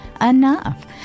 enough